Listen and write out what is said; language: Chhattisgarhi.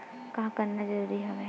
का करना जरूरी हवय?